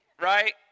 Right